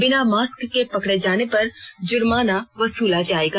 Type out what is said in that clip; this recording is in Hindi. बिना मास्क के पकड़े जाने पर जुर्माना वसुला जायेगा